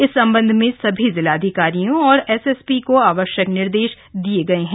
इस संबंध में सभी जिलाधिकारियों और एसएसपी को आवश्यक निर्देश दिये गये हैं